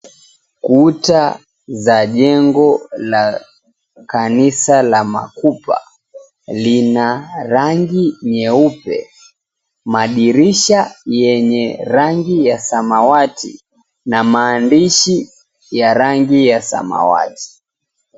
Kuta za jengo la kanisa la Makupa, lina rangi nyeupe, madirisha yenye rangi ya samawati na maandishi ya rangi ya samawati.